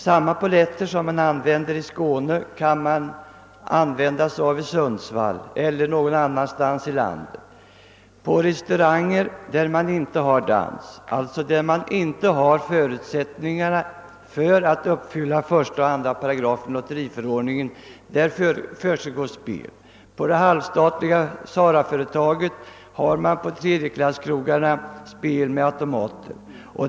Samma polletter som används i Skåne kan användas i Sundsvall och på andra håll i landet. På restauranger där man inte har dans, alltså där man inte har förutsättningar att uppfylla vad som stadgas i 1 och 2 88 lotteriförordningen, försiggår spel. Det halvstatliga SARA företaget har spel med automater på tredjeklasskrogarna.